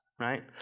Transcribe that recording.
right